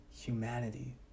humanity